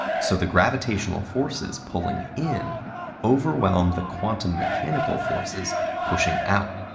so the gravitational forces pulling in overwhelm the quantum mechanical forces pushing out,